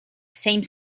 same